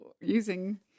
using